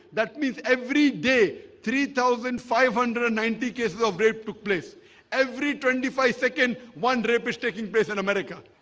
that means everyday three thousand five hundred and ninety cases of rape took place every twenty five second one rape is taking place in america,